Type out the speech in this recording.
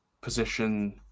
position